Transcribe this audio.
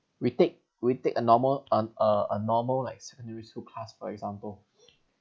we take we take a normal on uh a normal like secondary school class for example